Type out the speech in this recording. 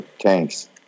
tanks